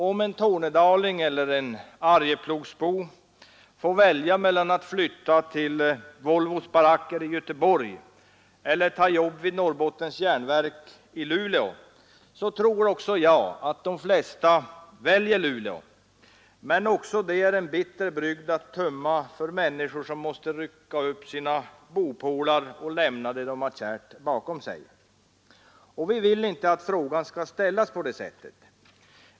Om en tornedaling eller en arjeplogsbo får välja mellan att flytta till Volvos baracker i Göteborg eller ta jobb vid Norrbottens Järnverk i Luleå, tror också jag att de flesta väljer Luleå. Men även det är en bitter brygd att tömma för människor som måste rycka upp sina bopålar och lämna det de har kärt bakom sig. Vi vill inte att frågan skall ställas på det sättet.